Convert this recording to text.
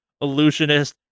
illusionist